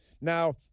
Now